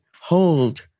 hold